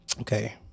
Okay